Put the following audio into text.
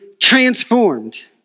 Transformed